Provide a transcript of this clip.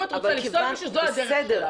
אם את רוצה לפסול מישהו זו הדרך שלך.